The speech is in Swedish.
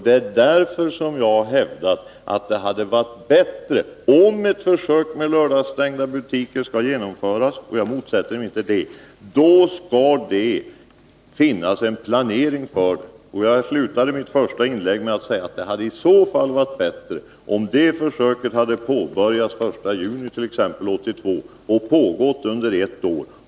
Det är därför jag hävdar att det, om ett försök med lördagsstängda butiker skall genomföras — och jag motsätter mig inte det — skall finnas en planering för utvärderingen. Jag slutade mitt första inlägg med att säga, att om man skall genomföra ett sådant här försök, då vore det i så fall bättre om detta påbörjadest.ex. den 1 juni 1982 och pågick under ett år.